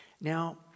Now